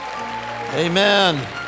amen